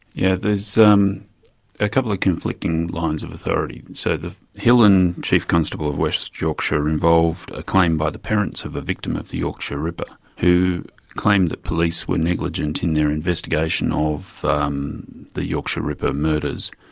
yeah there's um a couple of conflicting lines of authority. so the hill and chief constable of west yorkshire involved a claim by the parents of a victim of the yorkshire ripper who claimed that police were negligent in their investigation of um the yorkshire ripper murders.